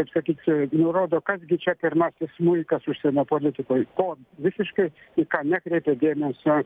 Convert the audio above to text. kaip sakyt nurodo kas gi čia pirmasis smuikas užsienio politikoj ko visiškai į ką nekreipė dėmesio